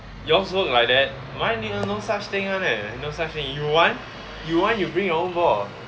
yours look like that mine needed no such thing [one] leh no such thing you want you want you bring your own ball